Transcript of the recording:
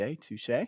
touche